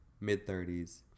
mid-30s